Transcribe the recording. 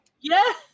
Yes